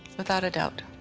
without a doubt.